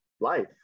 life